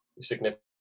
significant